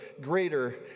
greater